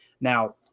Now